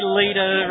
leader